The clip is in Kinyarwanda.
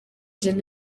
gen